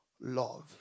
love